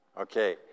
Okay